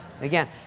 Again